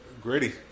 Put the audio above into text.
gritty